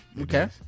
Okay